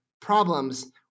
problems